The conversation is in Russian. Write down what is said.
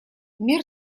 мир